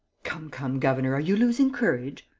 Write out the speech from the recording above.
come, come, governor, are you losing courage?